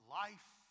life